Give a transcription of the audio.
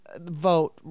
vote